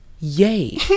yay